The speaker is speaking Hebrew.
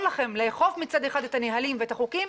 לכם לאכוף מצד אחד את הנהלים ואת החוקים,